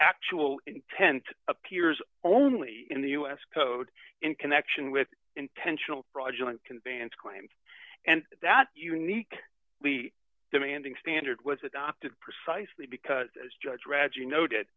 actual intent appears only in the us code in connection with intentional fraudulent conveyance claims and that unique lee demanding standard was adopted precisely because as judge reggie noted